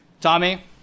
Tommy